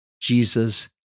Jesus